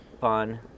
fun